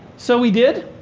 so we did.